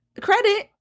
credit